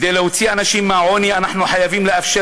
כדי להוציא אנשים מהעוני אנחנו חייבים לאפשר